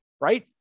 right